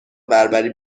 بربری